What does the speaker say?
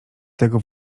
tego